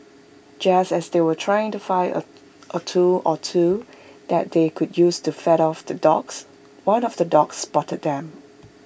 just as they were trying to find A a tool or two that they could use to fend off the dogs one of the dogs spotted them